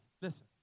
listen